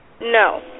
No